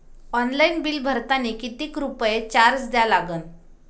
Online bill भरतानी कितीक रुपये चार्ज द्या लागन?